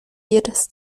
jedes